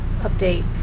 update